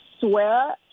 swear